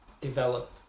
develop